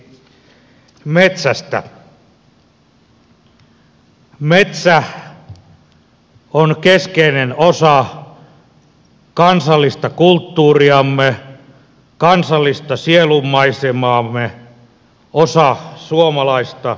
metsä on keskeinen osa kansallista kulttuuriamme kansallista sielunmaisemaamme osa suomalaista identiteettiä